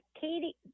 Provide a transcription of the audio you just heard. Katie